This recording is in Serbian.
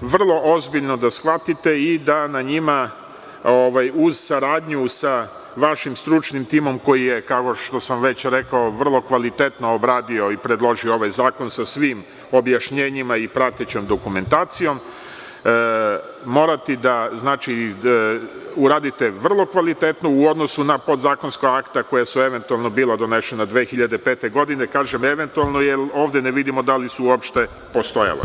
vrlo ozbiljno da shvatite i da na njima, uz saradnju sa vašim stručnim timom, koji je, kao što sam već rekao, vrlo kvalitetno obradio i predložio ovaj zakon, sa svim objašnjenjima i pratećom dokumentacijom, morati da uradite vrlo kvalitetno u odnosu na podzakonska akta koja su eventualno bila doneta 2005. godine, kažem eventualno jer ovde ne vidimo da li su uopšte postojala.